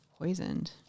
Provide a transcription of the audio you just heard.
poisoned